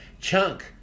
Chunk